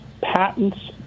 patents